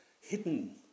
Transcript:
Hidden